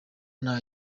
nta